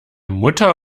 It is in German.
mutter